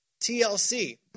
TLC